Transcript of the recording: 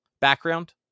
background